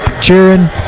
cheering